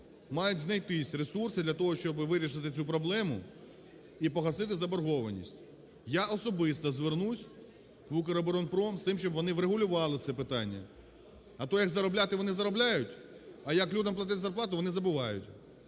мають знайтися ресурси для того, щоб вирішити цю проблему і погасити заборгованість. Я особисто звернуся в "Укроборонпром" з тим, щоб вони врегулювали це питання. А то як заробляти вони заробляють, а як людям платити зарплату вони забувають.